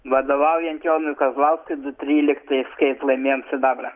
vadovaujant jonui kazlauskui du tryliktais kaip laimėjom sidabrą